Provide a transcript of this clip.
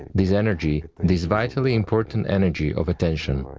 this energy, this vitally important energy of attention,